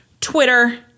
Twitter